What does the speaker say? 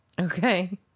Okay